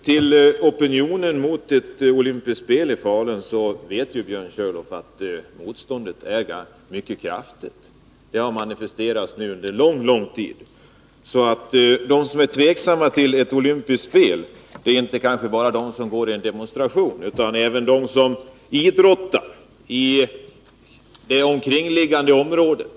Herr talman! Jag skall fatta mig mycket kort. Björn Körlof vet att opinionen mot att ha olympiska vinterspel i Falun är mycket kraftig. Detta har manifesterats under mycket lång tid. De som är tveksamma till olympiska spel där är kanske inte bara de som går med i en demonstration, utan ett mycket stort motstånd finns även bland dem som själva idrottar i det omgivande området.